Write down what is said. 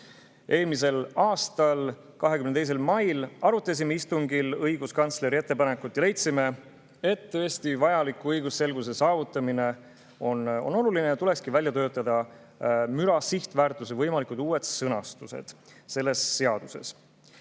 Eelmisel aastal 22. mai istungil arutasime õiguskantsleri ettepanekut ja leidsime, et tõesti, vajaliku õigusselguse saavutamine on oluline ja tulekski välja töötada müra sihtväärtuse võimalik uus sõnastus selles seaduses.